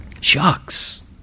shucks